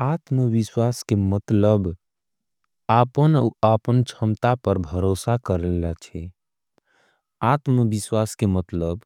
आत्मविश्वास के मतलब आपन औँ आपन छम्ता पर भरोसा कर लेला छे। आत्मविश्वास के मतलब